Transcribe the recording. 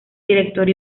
director